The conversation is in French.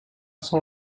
cent